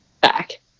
back